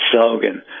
slogan